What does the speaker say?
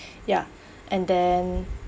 ya and then